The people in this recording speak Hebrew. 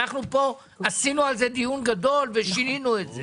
אנו פה עשינו דיון גדול ושינינו את זה.